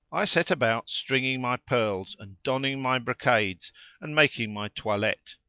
i set about stringing my pearls and donning my brocades and making my toilette.